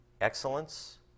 excellence